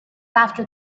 after